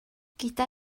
gyda